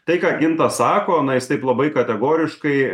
tai ką gintas sako na jis taip labai kategoriškai